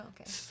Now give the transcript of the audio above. okay